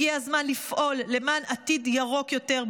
הגיע הזמן לפעול למען עתיד ירוק יותר,